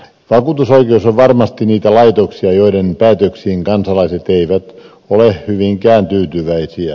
vakuutusoikeus on varmasti niitä laitoksia joiden päätöksiin kansalaiset eivät ole hyvinkään tyytyväisiä